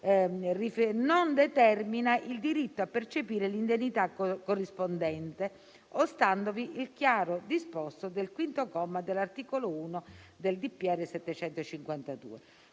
non determina il diritto a percepire l'indennità corrispondente, ostandovi il chiaro disposto del quinto comma dell'articolo 1 del citato